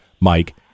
Mike